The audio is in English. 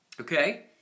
okay